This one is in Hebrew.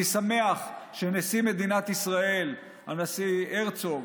אני שמח שנשיא מדינת ישראל, הנשיא הרצוג,